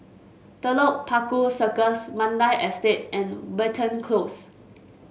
Telok Paku Circus Mandai Estate and Watten Close